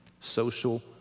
social